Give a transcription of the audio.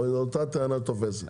אותה טענה תופסת פה.